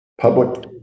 public